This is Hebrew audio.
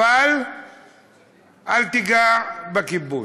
אבל אל תיגע בכיבוש.